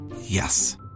Yes